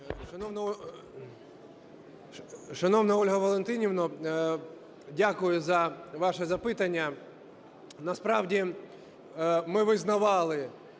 Шановна Ольго Валентинівно, дякую за ваше запитання. Насправді, ми визнавали,